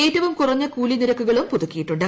ഏറ്റവും കുറഞ്ഞ കൂലി നിരക്കുകളും പുതുക്കിയിട്ടുണ്ട്